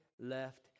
left